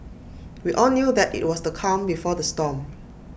we all knew that IT was the calm before the storm